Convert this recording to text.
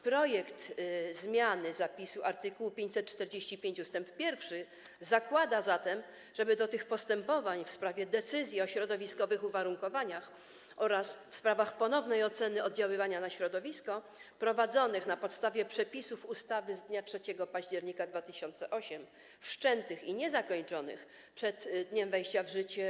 Projekt zmian zapisu art. 545 ust. 1 zakłada zatem, żeby do postępowań w sprawie decyzji o środowiskowych uwarunkowaniach oraz w sprawach ponownej oceny oddziaływania na środowisko, prowadzonych na podstawie przepisów ustawy z dnia 3 października 2008 r., wszczętych i niezakończonych przed dniem wejścia w życie